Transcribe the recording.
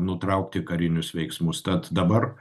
nutraukti karinius veiksmus tad dabar